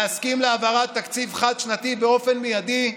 להסכים להעביר תקציב חד-שנתי באופן מיידי,